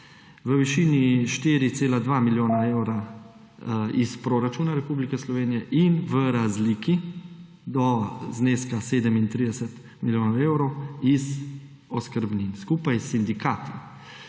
v višini 4,2 milijona evra iz proračuna Republike Slovenije in v razliki do zneska 37 milijonov evrov iz oskrbnin. Skupaj s sindikati,